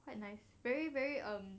quite nice very very um